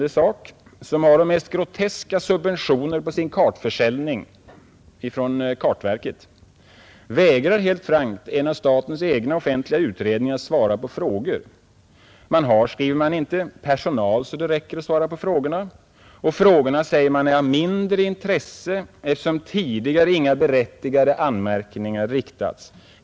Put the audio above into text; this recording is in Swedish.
Det företaget har de mest groteska subventioner på sin kartförsäljning från kartverket men vägrar helt frankt en av statens egna offentliga utredningar att svara på frågor. Anstalten har, skriver man, inte personal så det räcker för att besvara frågorna, och dessutom är frågorna ”av mindre intresse” eftersom ”tidigare inga berättigade anmärkningar riktats”.